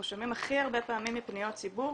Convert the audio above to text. שומעים הכי הרבה פעמים מפניות ציבור